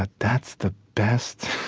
ah that's the best